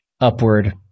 upward